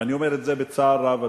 ואני אומר את זה בצער רב,